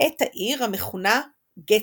את העיר המכונה בשם "גצת"